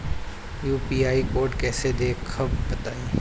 UPI code कैसे देखब बताई?